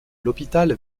l’hôpital